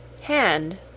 hand